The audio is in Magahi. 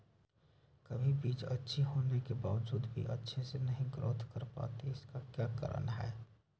कभी बीज अच्छी होने के बावजूद भी अच्छे से नहीं ग्रोथ कर पाती इसका क्या कारण है?